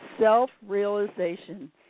self-realization